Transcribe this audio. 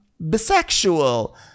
bisexual